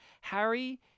Harry